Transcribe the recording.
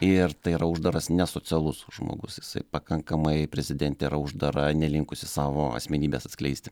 ir tai yra uždaras nesocialus žmogus jisai pakankamai prezidentė yra uždara nelinkusi savo asmenybės atskleisti